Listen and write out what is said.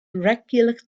regular